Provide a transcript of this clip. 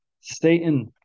Satan